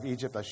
Egypt